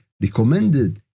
recommended